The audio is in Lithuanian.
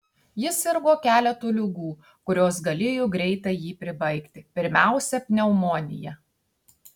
jis sirgo keletu ligų kurios galėjo greitai jį pribaigti pirmiausia pneumonija